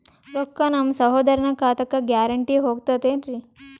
ರೊಕ್ಕ ನಮ್ಮಸಹೋದರನ ಖಾತಕ್ಕ ಗ್ಯಾರಂಟಿ ಹೊಗುತೇನ್ರಿ?